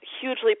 hugely